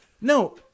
No